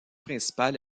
principale